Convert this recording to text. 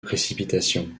précipitations